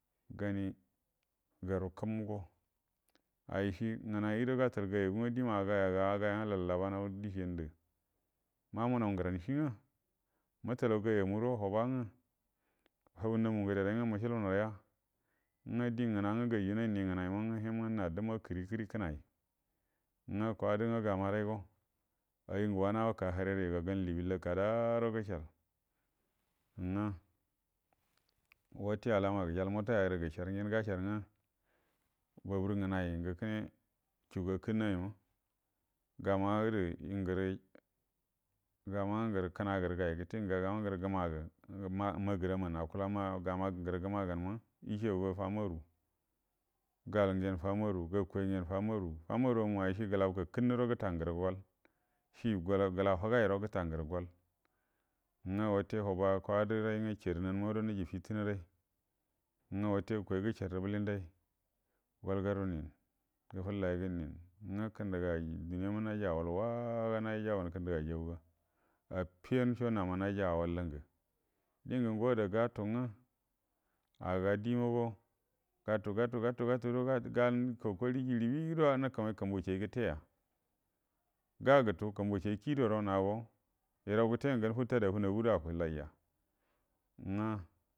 Ganigaru kungo ayishi ngnaido gatal gayagu nga dima agayaga agayanga lallabano dishiyan də mamanan ngəranəshi ngə mutalau gayamura həba nga hau namu ngəde rai nga mushulbunduya nga di ngna nga gajunai ningənai ma ngə him nga na dumma gəkəri kəri kənai nga kwadə nga gamaraigo ayi ngə wanə wakaa hirerə yuga gan libilla kadaa ro gəshar nga wate alama gəshal mutaya də gəshar ngen gasharə nga babur nganai ngə kəne chu gakənnə iwa gama gədə ngərə gaman gərə kənagərə gai gəte gagaman ngərə gəmagə mamagəramanə akul ngrə gəmaganina ishaguga fam aru gal ugenə fam aru gakai ugenə fam aru fam aru mu aishi gəlau gakənnəro gəta ngərə gol shi gəlan higairo gəta ngərə gol nga wute həba kwadə rai nga charniyan inado niji fitina rai nga wute gukoi gəsharrə bəlindai gol garu ninə gufullaigə gə ninə nga kə ndga duniyama haji awalwaaa ga nayi jabanə kəndəga jauga affiyansho hama naji awallungə dingə ngo ada gatu nga aga dimago gatu gatu gatude ganə kokori jiri bido nukumai kumbu shai gəte ya ga guta kumbu shai kiido ro nago yirau gəte ngə ganə furadə a funagudo akullaija nga